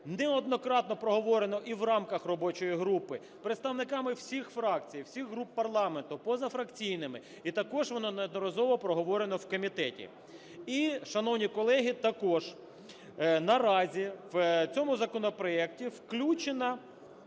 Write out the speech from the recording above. неоднократно проговорене і в рамках робочої групи представниками всіх фракцій, всіх груп парламенту, позафракційними і також воно неодноразово проговорено у комітеті. І, шановні колеги, також наразі в цьому законопроекті включена